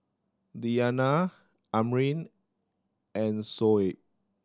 Diyana Amrin and Shoaib